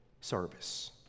service